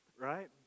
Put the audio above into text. Right